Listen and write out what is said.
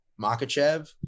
Makachev